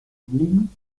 dublín